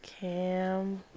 Cam